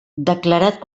declarat